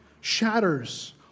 shatters